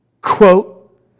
quote